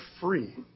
free